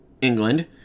england